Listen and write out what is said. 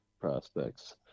prospects